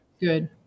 Good